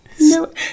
No